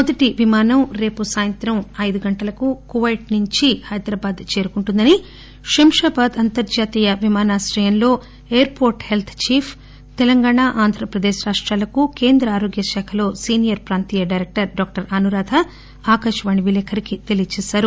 మొదటి విమానం రేపు సాయంత్రం ఐదు గంటకు కుపైట్ నుంచి హైదరాబాద్ చేరుకుంటుందని శంషాబాద్ అంతర్లాతీయ విమానాశ్రయంలో air port health chief Telangana Andhra Pradesh రాష్టాలకు కేంద్ర ఆరోగ్య శాఖలో సీనియర్ ప్రాంతీయ డైరెక్టర్ డాక్టర్ అనురాధ ఆకాశవాణి విలేకరికి తెలియజేసారు